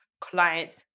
clients